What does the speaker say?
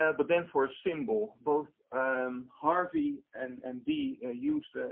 ah but then for a symbol both um harvey and and dee ah used ah